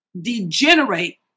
Degenerate